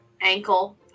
ankle